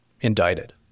indicted